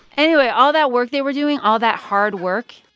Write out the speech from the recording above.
anyway, all that work they were doing, all that hard work,